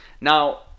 Now